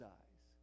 eyes